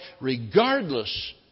regardless